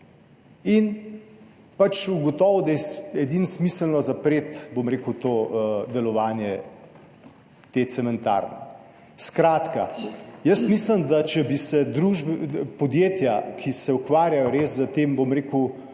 je pač ugotovil, da je edino smiselno zapreti delovanje te cementarne. Skratka, mislim, da če bi se podjetja, ki se ukvarjajo s tem, bom rekel,